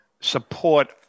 Support